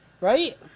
right